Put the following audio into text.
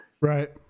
right